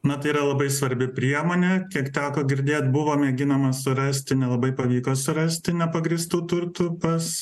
na tai yra labai svarbi priemonė kiek teko girdėt buvo mėginama surasti nelabai pavyko surasti nepagrįstų turtų pas